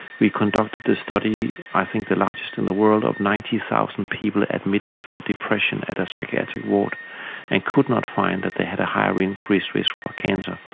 we conducted this study, i think the largest in the world, of ninety thousand people admitted for depression at a psychiatric ward and could not find that they had a higher increased risk for cancer.